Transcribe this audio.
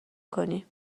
کنی